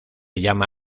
llama